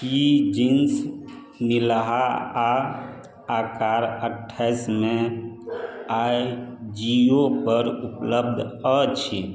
की jeans निलहा आ आकार अट्ठाईस मे अजियो पर उपलब्ध अछि